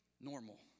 normal